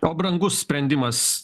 o brangus sprendimas